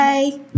Bye